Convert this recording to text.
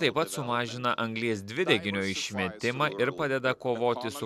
taip pat sumažina anglies dvideginio išmetimą ir padeda kovoti su